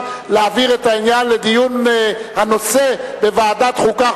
להעביר את העניין לדיון בנושא בוועדת החוקה,